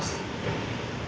I don't think humans would